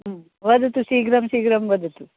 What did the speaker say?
वदतु शीघ्रं शीघ्रं वदतु